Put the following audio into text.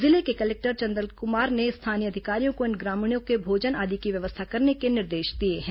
जिले के कलेक्टर चंदन कुमार ने स्थानीय अधिकारियों को इन ग्रामीणों की भोजन आदि की व्यवस्था करने के निर्देश दिए हैं